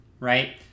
right